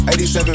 87